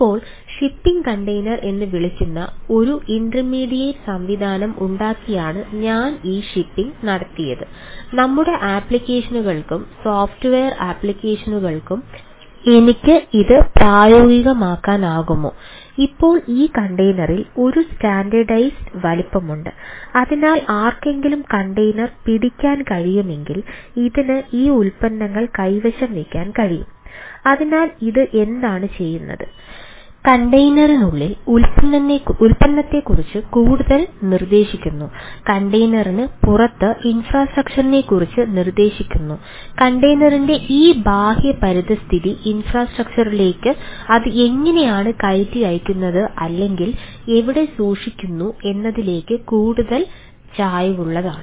ഇപ്പോൾ shipping container അത് എങ്ങനെയാണ് കയറ്റി അയയ്ക്കുന്നത് അല്ലെങ്കിൽ എവിടെ സൂക്ഷിക്കുന്നു എന്നതിലേക്ക് കൂടുതൽ ചായ്വുള്ളതാണ്